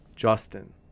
Justin